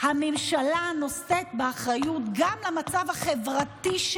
הממשלה נושאת באחריות גם למצב החברתי.